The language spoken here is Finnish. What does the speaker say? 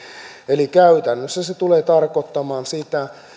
eli käytännössä se tulee tarkoittamaan sitä